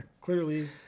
Clearly